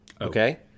Okay